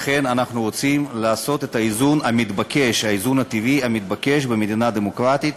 לכן אנחנו רוצים לעשות את האיזון הטבעי המתבקש במדינה דמוקרטית,